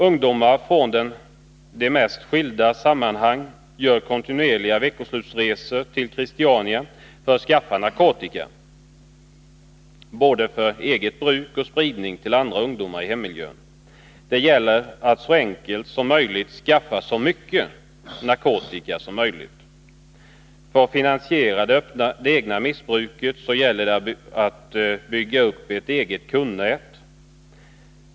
Ungdomar från de mest skilda sammanhang gör kontinuerliga veckoslutsresor till Christiania för att skaffa narkotika både för eget bruk och för spridning till andra ungdomar i hemmiljön. Det gäller att så enkelt som möjligt skaffa så mycket narkotika som möjligt. För att finansiera det egna missbruket gäller det att bygga upp ett eget kundnät.